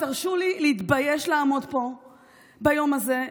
תרשו לי להתבייש לעמוד פה ביום הזה,